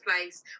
place